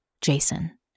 Jason